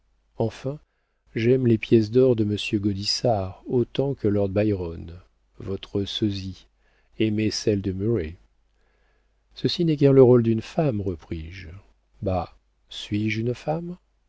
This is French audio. enfin j'aime les pièces d'or de monsieur gaudissart autant que lord byron votre sosie aimait celles de murray ceci n'est guère le rôle d'une femme repris-je bah suis-je une femme